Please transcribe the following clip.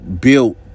built